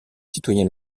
citoyens